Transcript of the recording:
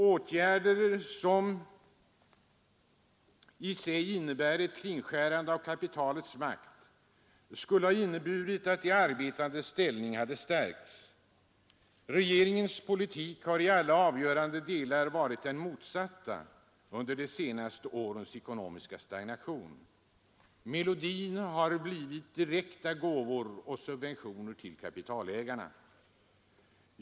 Åtgärder som i sig innebär ett kringskärande av kapitalets makt skulle ha medfört att de arbetandes ställning hade stärkts. Regeringens politik har i alla avgörande delar varit den motsatta under de senaste årens ekonomiska stagnation. Melodin har blivit direkta gåvor och subventioner till kapitalägarna.